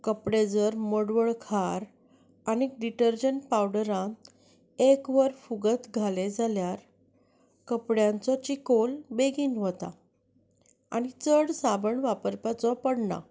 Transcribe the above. कपडे जर मडवळ खार आनी डिटरजेंट पावडरांत एक वर फुगत घालें जाल्यार कपड्याचो चिखल बेगीन वता आनी चड साबण वापरपाचो पडना